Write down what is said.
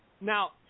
Now